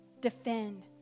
Defend